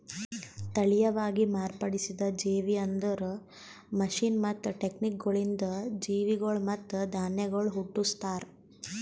ತಳಿಯವಾಗಿ ಮಾರ್ಪಡಿಸಿದ ಜೇವಿ ಅಂದುರ್ ಮಷೀನ್ ಮತ್ತ ಟೆಕ್ನಿಕಗೊಳಿಂದ್ ಜೀವಿಗೊಳ್ ಮತ್ತ ಧಾನ್ಯಗೊಳ್ ಹುಟ್ಟುಸ್ತಾರ್